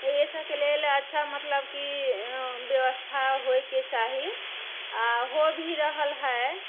एहि सबके लेल अच्छा मतलब कि व्यवस्था होयके चाही आ हो भी रहल हय